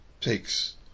takes